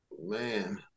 Man